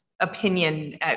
opinion